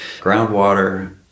groundwater